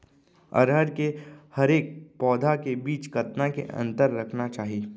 अरहर के हरेक पौधा के बीच कतना के अंतर रखना चाही?